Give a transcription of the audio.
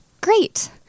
great